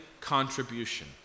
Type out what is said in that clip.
contribution